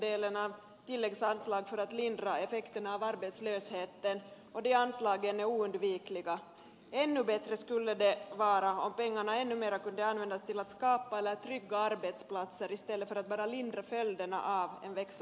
ännu bättre skulle det vara om pengarna ännu mera kunde användas till att skapa eller trygga arbetsplatser i stället för att bara lindra följderna av en växande arbetslöshet